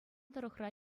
тӑрӑхра